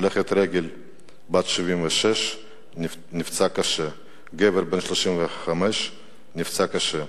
הולכת רגל בת 76 נפצעה קשה וגבר בן 35 נפצע קשה.